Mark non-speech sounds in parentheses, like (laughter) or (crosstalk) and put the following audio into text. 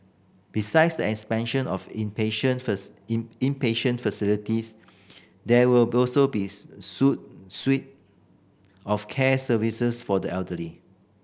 besides the expansion of inpatient (unintelligible) inpatient facilities there will also be (unintelligible) suite of care services for the elderly